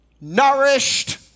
nourished